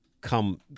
come